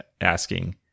asking